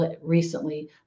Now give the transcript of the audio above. recently